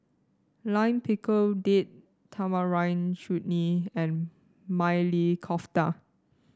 Lime Pickle Date Tamarind Chutney and Maili Kofta